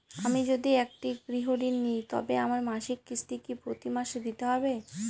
আমি যদি একটি গৃহঋণ নিই তবে আমার মাসিক কিস্তি কি প্রতি মাসে দিতে হবে?